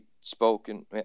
spoken